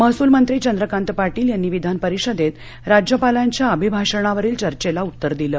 महसूल मंत्री चंद्रकांत पाटील यांनी विधानपरिषदक्तराज्यपालांच्या अभिभाषणावरील चर्चेला उत्तर दिलं